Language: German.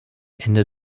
ende